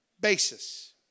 basis